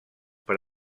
per